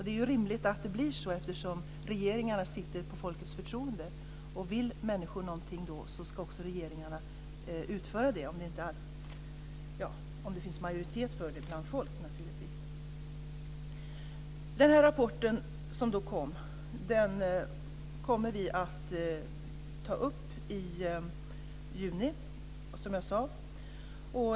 Det är ju rimligt att det blir så, eftersom regeringarna tillsatts på folkets förtroende, och vill människor någonting ska också regeringarna utföra det, om det finns majoritet för det hos folket naturligtvis. Den rapport som kommit kommer vi att ta upp i juni, som jag sade.